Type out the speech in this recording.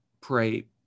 pray